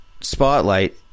spotlight